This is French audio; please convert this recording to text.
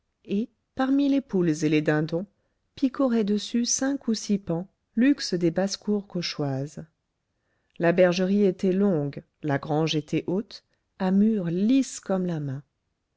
et parmi les poules et les dindons picoraient dessus cinq ou six paons luxe des basses-cours cauchoises la bergerie était longue la grange était haute à murs lisses comme la main